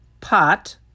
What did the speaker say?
Pot